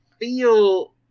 feel